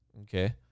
Okay